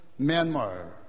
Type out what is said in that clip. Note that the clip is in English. Myanmar